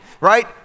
right